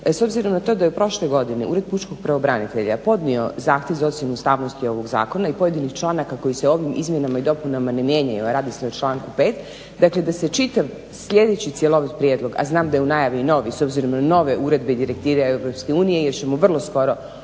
s obzirom na to da je u prošloj godini Ured pučkog pravobranitelja podnio zahtjev za ocjenu ustavnosti ovog zakona i pojedinih članaka koji se ovim izmjenama i dopunama ne mijenjaju, a radi se o članku 5., dakle da se čitav sljedeći cjelovit prijedlog, a znam da je u najavi i novi s obzirom na nove uredbe i direktive EU jer ćemo vrlo skoro opet